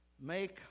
make